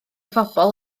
phobl